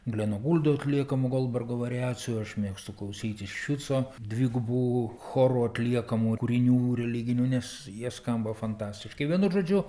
gleno guldo atliekamų goldbergo variacijų aš mėgstu klausytis šiuco dvigubų choro atliekamų kūrinių religinių nes jie skamba fantastiškai vienu žodžiu